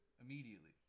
immediately